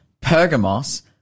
Pergamos